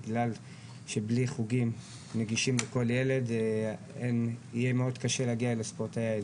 בגלל שבלי חוגים נגישים לכל ילד יהיה מאוד קשה להגיע לספורטאי העלית.